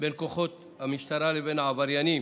בין כוחות המשטרה לבין העבריינים.